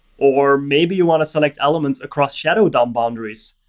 or maybe you want to select elements across shadow dom boundaries,